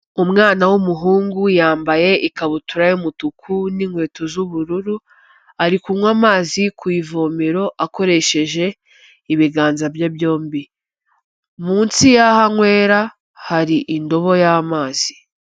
Umwana w'umuhungu yambaye ikabutura y'umutuku n'inkweto z'ubururu, ari kunywa amazi ku ivomero akoresheje ibiganza bye byombi. Munsi y'aho anywera, hari indobo y'amazi.